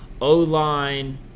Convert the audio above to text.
O-line